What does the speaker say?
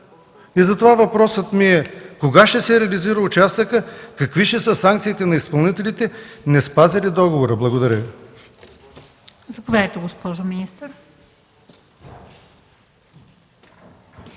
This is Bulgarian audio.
Затова въпросът ми е: кога ще се реализира участъкът и какви ще са санкциите на изпълнителите, неспазили договора? Благодаря